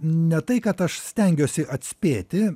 ne tai kad aš stengiuosi atspėti